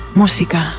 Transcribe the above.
música